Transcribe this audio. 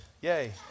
Yay